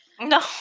No